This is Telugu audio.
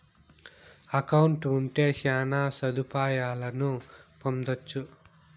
అకౌంట్ ఉంటే శ్యాన సదుపాయాలను పొందొచ్చు